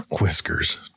Whiskers